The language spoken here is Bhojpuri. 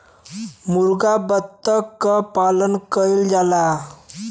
मुरगा बत्तख क पालन कइल जाला